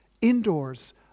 indoors